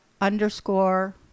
underscore